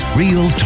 real